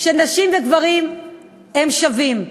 שנשים וגברים הם שווים.